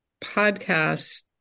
podcast